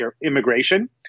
immigration